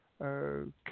Okay